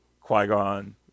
Qui-Gon